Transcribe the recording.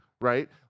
right